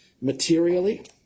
materially